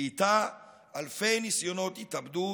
ואיתה אלפי ניסיונות התאבדות,